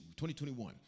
2021